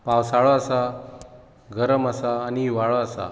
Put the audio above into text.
पावसाळो आसा गरम आसा आनी हिंवाळो आसा